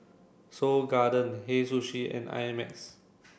Seoul Garden Hei Sushi and I Max